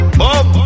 boom